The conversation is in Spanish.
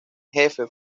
jefe